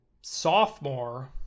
sophomore